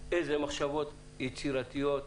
אילו מחשבות יצירתיות.